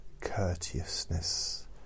courteousness